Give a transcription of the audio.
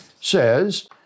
says